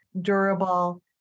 durable